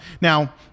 Now